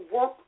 work